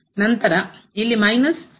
ನಂತರ ಇಲ್ಲಿ ಮೈನಸ್ ಈ f 1 ಆಗಿದೆ